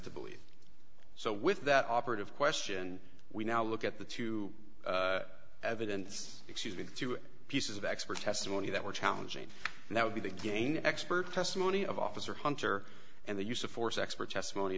to believe so with that operative question we now look at the two evidence excuse me two pieces of expert testimony that were challenging that would be to gain expert testimony of officer hunter and the use of force expert testimony